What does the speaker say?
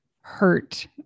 hurt